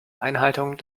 einhaltung